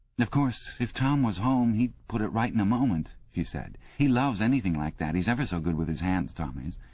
of course if tom was home he'd put it right in a moment she said. he loves anything like that. he's ever so good with his hands, tom is